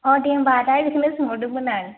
दे होनबा आदा बेखौनो सोंहरदोंमोन आं